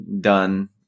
done